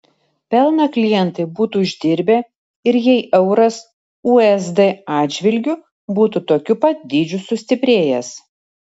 pelną klientai būtų uždirbę ir jei euras usd atžvilgiu būtų tokiu pat dydžiu sustiprėjęs